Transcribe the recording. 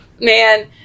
Man